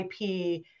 IP